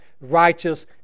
righteous